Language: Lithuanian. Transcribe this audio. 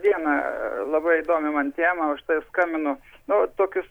dieną labai įdomi man tema už tai ir skambinu nu tokius